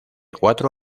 cuatro